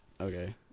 Okay